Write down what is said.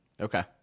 Okay